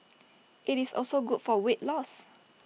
IT is also good for weight loss